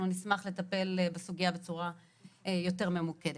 נשמח לטפל בסוגיה בצורה יותר ממוקדת.